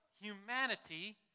humanity